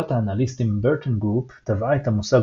חברת האנליסטים Burton Group טבעה את המושג